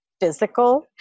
physical